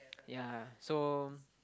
ya so